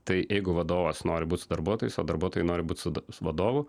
tai jeigu vadovas nori būt darbuotojais o darbuotojai nori būt su vadovu